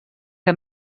que